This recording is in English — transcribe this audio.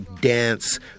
dance